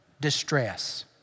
distress